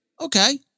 okay